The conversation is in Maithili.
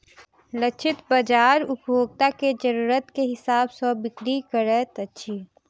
लक्षित बाजार उपभोक्ता के जरुरत के हिसाब सॅ बिक्री करैत अछि